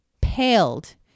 paled